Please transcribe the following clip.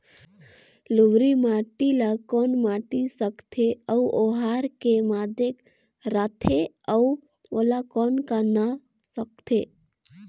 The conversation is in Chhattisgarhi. बलुही माटी ला कौन माटी सकथे अउ ओहार के माधेक राथे अउ ओला कौन का नाव सकथे?